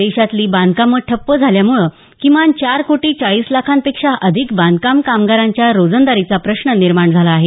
देशातली बांधकामं ठप्प झाल्यामुळे किमान चार कोटी चाळीस लाखांपेक्षा अधिक बांधकाम कामगारांच्या रोजंदारीचा प्रश्न निर्माण झाला आहे